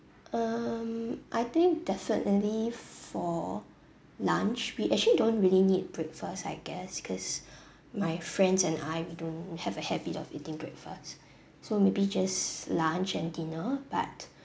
um I think definitely for lunch we actually don't really need breakfast I guess because my friends and I we don't have a habit of eating breakfast so maybe just lunch and dinner but